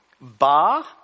Bar